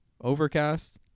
Overcast